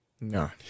No